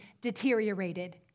deteriorated